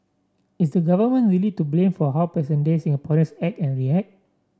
is the Government really to blame for how present day Singaporeans act and react